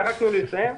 רק תנו לי לסיים.